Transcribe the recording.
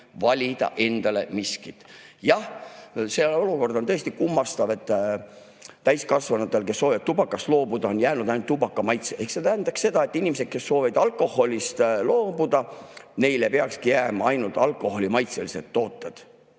valida endale miskit. Jah, see olukord on tõesti kummastav, et täiskasvanutele, kes soovivad tubakast loobuda, on jäänud ainult tubakamaitse. See tähendab seda, et inimesed, kes soovivad alkoholist loobuda, neile peakski jääma ainult alkoholimaitselised tooted.